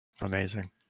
Amazing